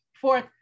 fourth